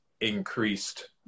increased